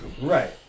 Right